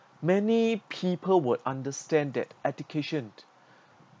many people will understand that education